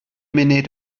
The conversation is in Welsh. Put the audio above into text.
munud